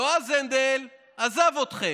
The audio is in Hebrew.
יועז הנדל עזב אתכם,